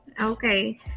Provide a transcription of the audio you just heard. Okay